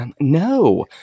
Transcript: no